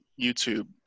YouTube